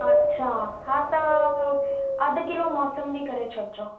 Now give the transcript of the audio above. अच्छा हा त अधि किलो मौसम्बी करे छॾिजो